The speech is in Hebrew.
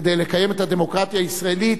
כדי לקיים את הדמוקרטיה הישראלית,